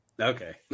Okay